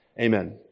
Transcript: Amen